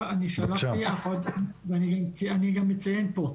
אני אציין פה,